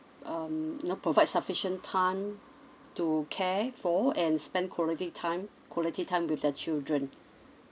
um you know provide sufficient time to care for and spend quality time quality time with their children